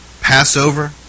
Passover